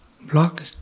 block